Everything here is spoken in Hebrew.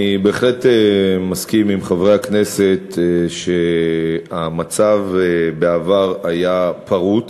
אני בהחלט מסכים עם חברי הכנסת שהמצב בעבר היה פרוץ,